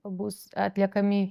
bus atliekami